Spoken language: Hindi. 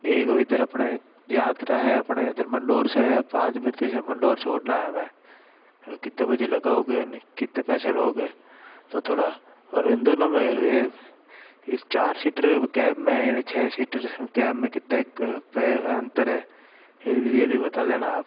एक वो इधर अपने याद रहा है अपने इधर मंडोर से पाँच बत्ती से मंडोर छोड़ना है हमें कितने बजे लगाओगे यानी कितने पैसे लोगे तो थोड़ा और इन दोनों में ये चार सीटर कैब में और छः सीटर कैब में कितने अंतर है ये भी ये भी बता देना आप